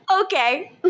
Okay